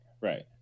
right